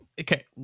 okay